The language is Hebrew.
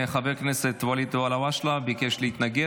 חבר הכנסת ואליד אלהואשלה ביקש להתנגד.